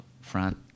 front